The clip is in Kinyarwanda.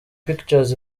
pictures